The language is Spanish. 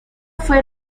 fue